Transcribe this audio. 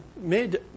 made